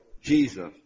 Jesus